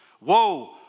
woe